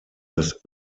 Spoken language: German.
das